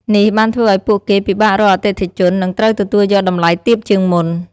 នេះបានធ្វើឱ្យពួកគេពិបាករកអតិថិជន និងត្រូវទទួលយកតម្លៃទាបជាងមុន។